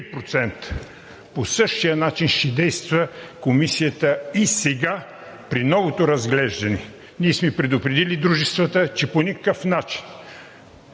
По същия начин ще действа Комисията и сега при новото разглеждане. Ние сме предупредили дружествата по никакъв начин